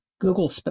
Google